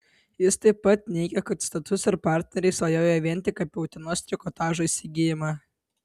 jis taip pat neigė kad status ir partneriai svajoja vien tik apie utenos trikotažo įsigijimą